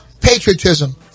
patriotism